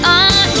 on